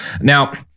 Now